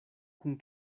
kun